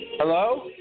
Hello